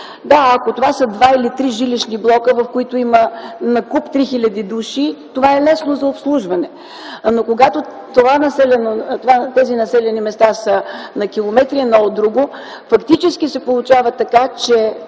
Да, ако са два или три жилищни блока, в които има накуп 3 хил. души, това е лесно за обслужване. Но когато тези населени места са на километри едно от друго, фактически се получава така, че